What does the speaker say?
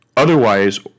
Otherwise